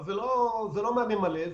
אבל זה לא מענה מלא,